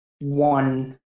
one